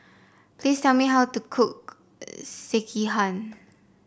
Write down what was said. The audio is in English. please tell me how to cook Sekihan